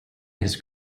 his